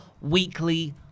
weekly